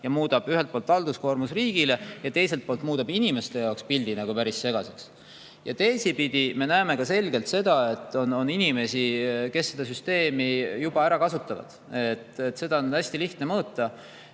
on juba halduskoormus riigile, eks ole. Ja teiselt poolt muudab see inimeste jaoks pildi nagu päris segaseks. Teisipidi me näeme selgelt seda, et on inimesi, kes seda süsteemi juba ära kasutavad. Seda on hästi lihtne mõõta.